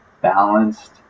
balanced